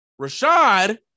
Rashad